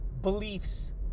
beliefs